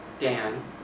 Dan